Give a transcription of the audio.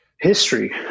History